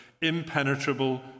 impenetrable